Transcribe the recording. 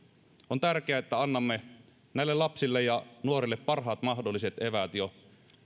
on tärkeää että annamme näille lapsille ja nuorille parhaat mahdolliset eväät jo